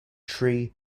tree